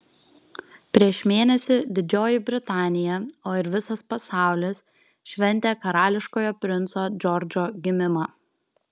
prieš mėnesį didžioji britanija o ir visas pasaulis šventė karališkojo princo džordžo gimimą